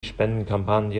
spendenkampagne